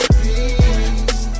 peace